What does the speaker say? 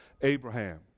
Abraham